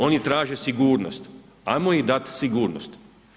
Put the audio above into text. Oni traže sigurnost, ajmo im dati sigurnost.